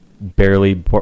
barely